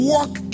Walk